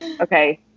Okay